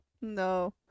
No